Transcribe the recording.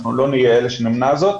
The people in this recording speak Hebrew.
אנחנו לא נהיה אלה שנמנע זאת,